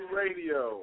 radio